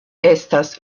estas